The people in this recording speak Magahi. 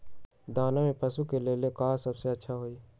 दाना में पशु के ले का सबसे अच्छा होई?